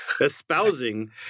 espousing –